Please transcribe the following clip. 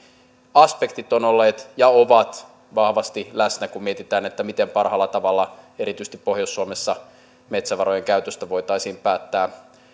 aspektit ovat olleet ja ovat vahvasti läsnä kun mietitään miten parhaalla tavalla erityisesti pohjois suomessa metsävarojen käytöstä voitaisiin päättää